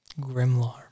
Grimlar